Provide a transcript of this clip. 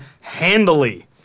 handily